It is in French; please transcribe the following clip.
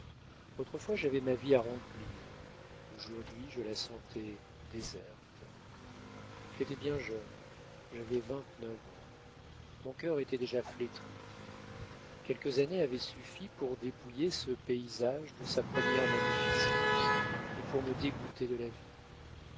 autrefois j'avais ma vie à remplir aujourd'hui je la sentais déserte j'étais bien jeune j'avais vingt-neuf ans mon cœur était déjà flétri quelques années avaient suffi pour dépouiller ce paysage de sa première magnificence et pour me dégoûter de la vie